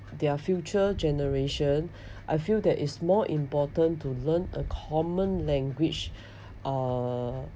their future generation I feel that is more important to learn a common language uh